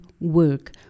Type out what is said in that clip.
work